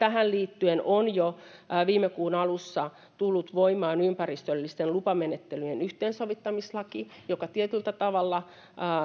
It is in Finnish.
tähän liittyen on jo viime kuun alussa tullut voimaan ympäristöllisten lupamenettelyjen yhteensovittamislaki joka tietyllä tavalla